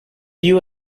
you